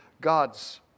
God's